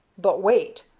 but wait.